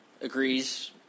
Agrees